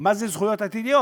מה זה זכויות עתידיות?